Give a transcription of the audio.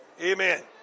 Amen